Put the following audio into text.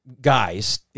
guys